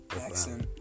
Accent